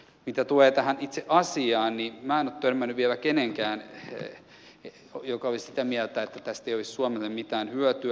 mitä tulee tähän itse asiaan minä en ole törmännyt vielä kehenkään joka olisi sitä meiltä että tästä ei olisi suomelle mitään hyötyä